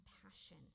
compassion